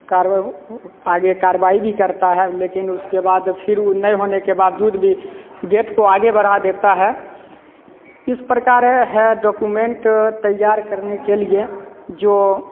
कार्य आगे कार्रवाई भी करता है लेकिन उसके बाद फिर नए होने के बावजूद भी डेट को आगे बढ़ा देता है इस प्रकार है डॉक्यूमेंट तैयार करने के लिए जो